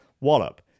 wallop